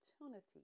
opportunity